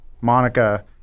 Monica